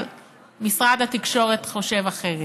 אבל משרד התקשורת חושב אחרת.